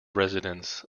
residence